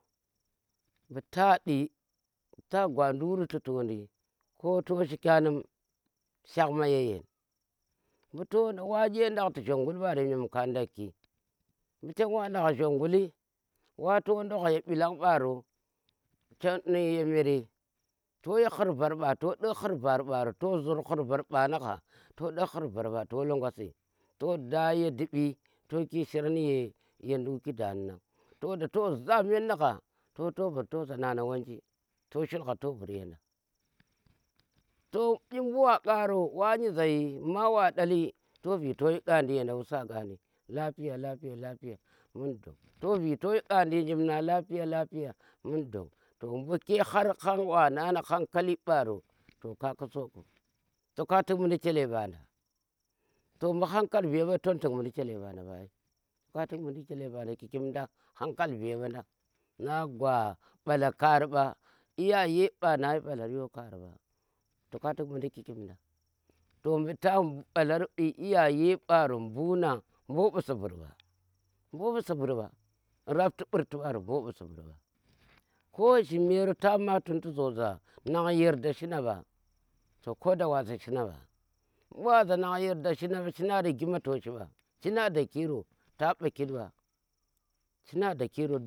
Bu ta ɗi ta gwa nduk ruitutu ni koh to shi kya nim shak ma ya yen. mbu toh wa dye dakti gjongul mbarem nyem ka dakki mbu chem wa dakk gjonguli wa to dakk ye biilang mbaro ye meere to yi khurvar mba to dukk ye khurvar mbaro, to zur khurvar mba, to duk khurvar mba nu gha to longha si to da ye dubbi to ki shiran ye nduk to za men nugha to gap to za nan wanji to shulgha to vur yenda to di mbu wa karo wanye za eyy mbu maa wa dalli to vii to yi khandi yenda to zen da usa khandi lafiya lafiya lafiya, mun don toh vii toshi khandi ya jimna lafiya lafiya mun dong. to mbu ke har wa na nu hankail mbaro to ka khusoku toka tik mundi chele mban da to mbu hanakal vee mba toka tuk mundi chele mban da mba toka tuk mundi chele mban da kikim dan nan hankal vee mba na gwa mbala kari mba iyaye mba nayi mbalar yo kari mba toka tuk mundi kikin dan to mbu ta mbu mbalar mbu iyyaye mbaro mbuna mboo mbu sibir mba mboo mbu sibir mba mbu rapti murti mbaro mboo mbu sibir mba, ko zhimero bu ta ma to tu ze za ngan yarda shina mba to shinaba buwa za ngan yarda shinaba to ko da wasa shinaba buwa za ngan yarda shinaba to shina rigima to shi mba china da kiro ta baki ba china dakiro.